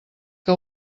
que